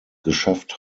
geschafft